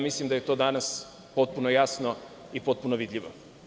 Mislim da je to danas potpuno jasno i potpuno vidljivo.